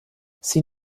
sie